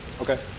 Okay